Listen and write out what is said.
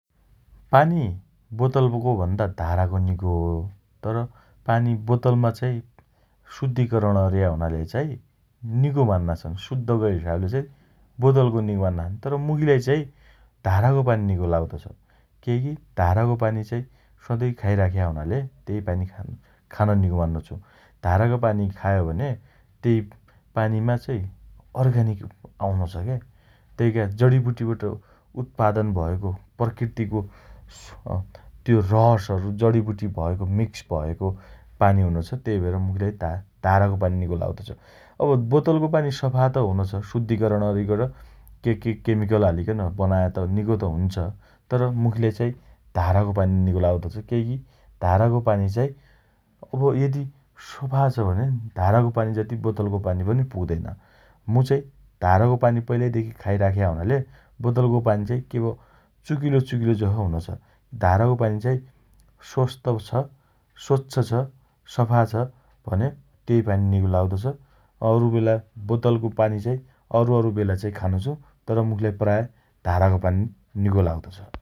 पानी बोतलको भन्दा धाराको निको हो । तर, पानी बोतलमा चाइ शुद्धिकरण हुनाले चाइ निको मान्ना छन् । शुद्धका हिसाबले बोतलको निको मान्ना छन् । तर, मुखीलाइ चाइ धाराको पानी निगो लाग्दो छ । केइकी धाराको पानी चाइ सधैँ खाइराख्या हुनाले तेइ पानी खान् खान निगो मान्नो छु । धाराको पानी खायो भने तेइ पानीमा चै अर्गानिक आउनो छ । तेइका जणिबुटीबाट उत्पादन भएको प्रकृतिको अँ रसहरु जणिबुटी भएको मिक्स भएको पानी हुनोछ । तेइ भएर मुखीलाई धा धाराको पानी निगो लाग्दोछ । अब बोतलको पानी सफा त हुनो छ । शुद्धिकरण अरिकन केके केमिकल हालिकन बनाए त निगो त हुन्छ । तर मुखीलाई चाइ धाराको पानी निगो लाग्दोछ । केइकी धाराको पानी चाइ अब यदि सफा छ भने धाराको पानी जति बोतलको पानी पनि पुग्दैन । मुचाइ धाराको पानी पहिलादेखि खाइराख्या हुनाले बोतलको पानी चाइ के ब चुकिलो चुकिलो जसो हुनो छ । धाराको पानी चाइ स्वस्थ छ । स्वच्छ छ । सफा छ भने तेइ निगो लाग्द छ । औरु बेला बोतलको पानी चाइ अरुअरु बेला चाइ खानो छु । तर, मुखीलाई प्राय धाराको पानी निगो लाग्दोछ ।